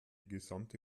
gesamte